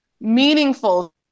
meaningful